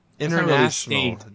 international